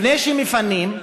לפני שמפנים,